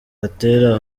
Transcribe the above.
gatera